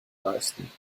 leisten